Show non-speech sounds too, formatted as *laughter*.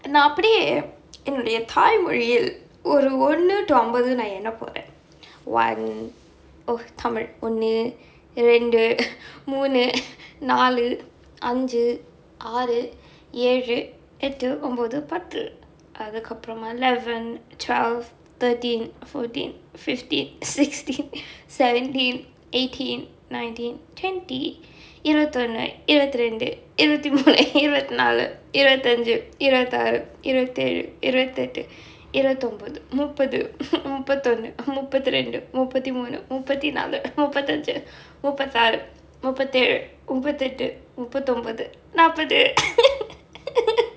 நான் அப்படியே என்னுடைய தாய் மொழியில் ஒரு ஒன்னு:naan appadiyae ennudaiya thaai moliyil oru onnu to அம்பது நான் எண்ணப்போரே:ambathu naan ennapporae one oh tamil ஒன்னு ரெண்டு மூனு நாளு அஞ்சு ஆறு ஏழு எட்டு ஒன்பது பத்து அதுக்கு அப்புறமா:onnu rendu moonu naalu anju aaru elu ettu onbathu paththu eleven twelve thirteen fourteen fifteen sixteen seventeen eighteen nineteen twenty இருவத்தி ஒன்னு இருவத்தி ரெண்டு இருவத்தி மூனு இருவத்தி நாளு இருவத்தி அஞ்சு இருவத்தி ஆறு இருவத்தி ஏழு இருவத்தி எட்டு இருவத்தி ஒன்பது முப்பது முப்பத்தி ஒன்னு முப்பத்தி ரெண்டு முப்பத்தி மூனு முப்பத்தி நாளு முப்பத்தி அஞ்சு முப்பத்தி ஆறு முப்பத்தி ஏழு முப்பத்தி எட்டு முப்பத்தி ஒன்பது நாப்பது:iruvathi onnu iruvathi rendu iruvathi moonu iruvathi naalu iruvathi anju iruvathi aaru iruvathi elu iruvathi ettu iruvathi onbathu muppathu muppathi onnu muppathi rendu muppathi moonu muppathi naalu muppathi anju muppathi aaru muppathi elu muppathi ettu muppathi onbathu naapathu *laughs*